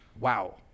Wow